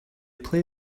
play